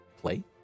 play